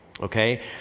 okay